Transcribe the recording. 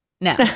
No